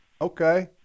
Okay